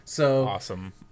Awesome